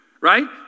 right